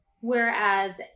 Whereas